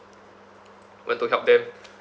went to help them